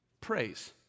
Praise